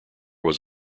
was